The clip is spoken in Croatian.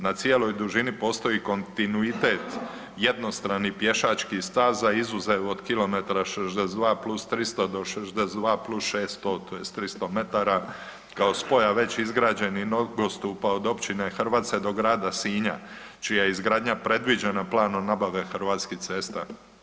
Na cijeloj dužini postoji kontinuitet jednostranih pješačkih staza izuzev od kilometara 62 + 300 do 62 + 600 tj. 300 m kao spoja već izgrađenih nogostupa od općine Hrvaca do grada Sinja čija je izgradnja predviđena planom nabave Hrvatskih cesta.